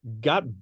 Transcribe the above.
got